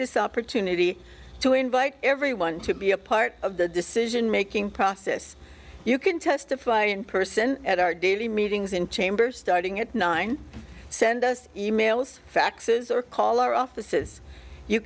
this opportunity to invite everyone to be a part of the decision making process you can testify in person at our daily meetings in chambers starting at nine send us e mails faxes or call our offices you